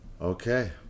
Okay